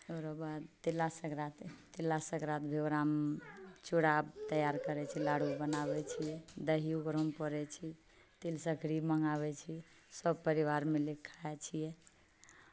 ओकरा बाद तिला संक्रांति तिला संक्रांतिमे चूड़ा तैयार करै छी लाडू बनाबै छियै दही ओकरोमे पोरै छी तिलासंक्रि मंगाबै छी सभ परिवार मिलिकै खाइ छियै